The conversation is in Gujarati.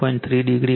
3 ડિગ્રી